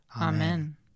Amen